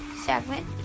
segment